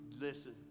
listen